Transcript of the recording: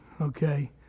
okay